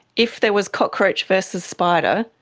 if there was cockroach versus spider,